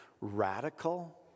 radical